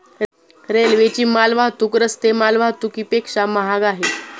रेल्वेची माल वाहतूक रस्ते माल वाहतुकीपेक्षा महाग आहे